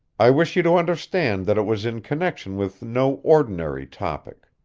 i wish you to understand that it was in connection with no ordinary topic.